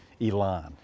Elon